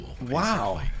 Wow